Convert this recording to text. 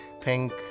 pink